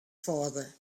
father